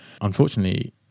unfortunately